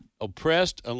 oppressed